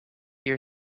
year